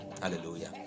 Hallelujah